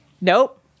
Nope